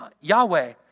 Yahweh